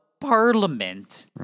parliament